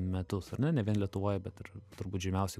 metus ar ne vien lietuvoj bet ir turbūt žymiausia